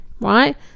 right